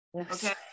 okay